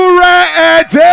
ready